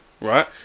right